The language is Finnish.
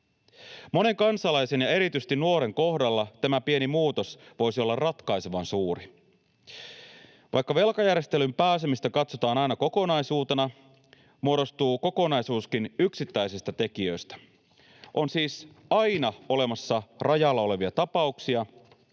Monen kansalaisen ja erityisesti nuoren kohdalla tämä pieni muutos voisi olla ratkaisevan suuri. Vaikka velkajärjestelyyn pääsemistä katsotaan aina kokonaisuutena, muodostuu kokonaisuuskin yksittäisistä tekijöistä. On siis aina olemassa rajalla olevia tapauksia,